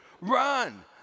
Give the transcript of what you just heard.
Run